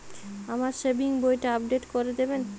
আমার সেভিংস বইটা আপডেট করে দেবেন?